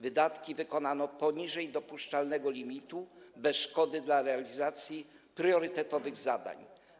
Wydatki wykonano poniżej dopuszczalnego limitu bez szkody dla realizacji priorytetowych zadań.